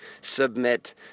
submit